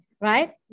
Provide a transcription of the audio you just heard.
right